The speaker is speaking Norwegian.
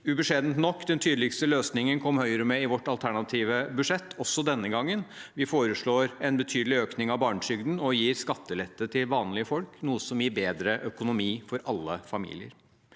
vil jeg si at den tydeligste løsningen kom Høyre med i sitt alternative budsjett – også denne gangen. Vi foreslår en betydelig økning av barnetrygden og gir skattelette til vanlige folk, noe som gir bedre økonomi for alle familier.